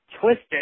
twisted